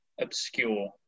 obscure